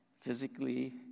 physically